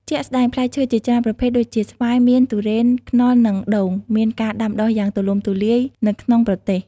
ជាក់ស្ដែង ផ្លែឈើជាច្រើនប្រភេទដូចជា ស្វាយ មៀន ធូរ៉េន ខ្នុរ និងដូងមានការដាំដុះយ៉ាងទូលំទូលាយនៅក្នុងប្រទេស។